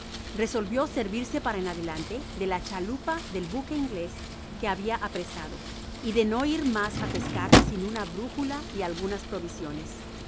resolvio servirse para en adelante de la chalupa del buque inglés que habia apresado y de no ir mas á pescar sin una brújula y algunas provisiones